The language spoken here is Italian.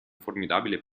formidabile